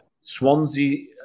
Swansea